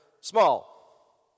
small